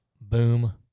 boom